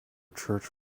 church